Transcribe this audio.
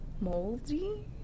moldy